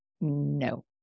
No